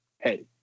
hey